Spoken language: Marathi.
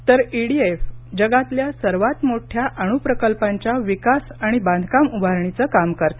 तर ई डी एफ जगातील्या सर्वात मोठ्या अणु प्रकल्पांच्या विकास आणि बांधकाम उभारणीचं काम करते